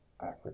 Africa